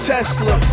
Tesla